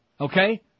Okay